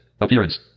Appearance